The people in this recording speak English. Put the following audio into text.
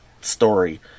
story